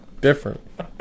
Different